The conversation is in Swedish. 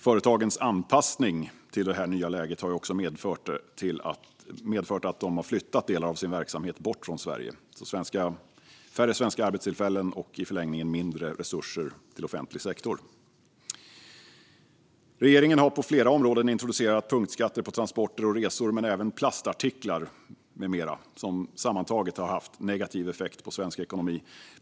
Företagens anpassning till det nya läget har medfört att de har flyttat delar av sin verksamhet bort från Sverige, vilket leder till färre svenska arbetstillfällen och i förlängningen mindre resurser till offentlig sektor. Regeringen har på flera områden introducerat punktskatter på transporter och resor men även plastartiklar med mera, vilket sammantaget har haft en negativ effekt på svensk ekonomi.